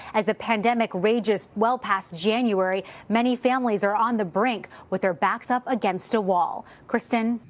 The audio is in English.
as the pandemic rages well past january, many families are on the brink with their backs up against a wall kristen?